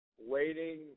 waiting